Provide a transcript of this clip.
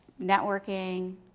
networking